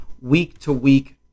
week-to-week